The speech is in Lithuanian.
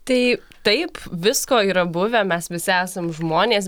tai taip visko yra buvę mes visi esam žmonės